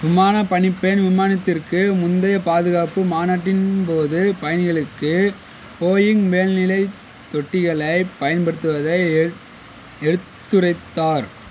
விமானப் பணிப்பெண் விமானத்திற்கு முந்தைய பாதுகாப்பு மாநாட்டின் போது பயணிகளுக்கு போயிங் மேல்நிலை தொட்டிகளைப் பயன்படுத்துவதை எடுத் எடுத்துரைத்தார்